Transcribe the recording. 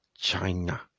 China